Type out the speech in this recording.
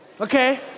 Okay